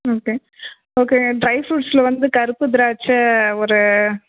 okay okay dry ஃப்ரூட்ஸில் வந்து கருப்பு திராட்ச்சை ஒரு